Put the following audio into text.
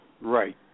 Right